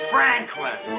Franklin